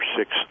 six